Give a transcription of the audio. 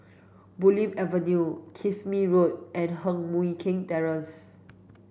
Bulim Avenue Kismis Road and Heng Mui Keng Terrace